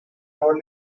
role